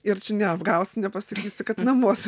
ir neapgausi nepasakysi kad namuose